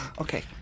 Okay